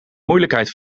moeilijkheid